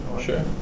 Sure